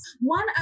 One